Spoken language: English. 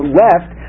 left